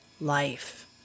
life